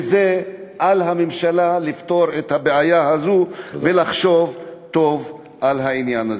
על הממשלה לפתור את הבעיה הזאת ולחשוב טוב על העניין הזה.